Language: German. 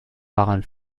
waren